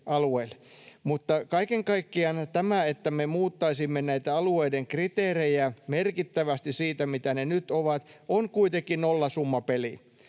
Mutta kaiken kaikkiaan tämä, että me muuttaisimme näitä alueiden kriteerejä merkittävästi siitä, mitä ne nyt ovat, on kuitenkin nollasummapeli.